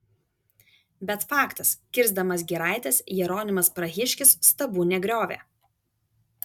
bet faktas kirsdamas giraites jeronimas prahiškis stabų negriovė